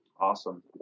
Awesome